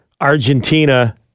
Argentina